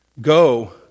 Go